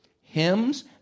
hymns